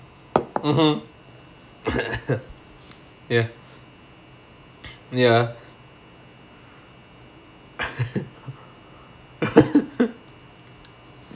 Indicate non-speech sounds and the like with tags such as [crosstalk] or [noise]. mmhmm [noise] ya ya [laughs]